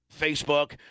Facebook